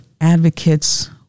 advocates